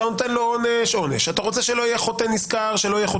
שלא יהיה חוטא נשכר.